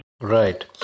Right